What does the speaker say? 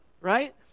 right